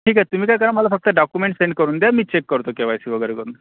ठीक आहे तुम्ही काय करा मला फक्त डाक्युमेंट्स सेंड करून द्या मी चेक करतो के वाय सी वगैरे करून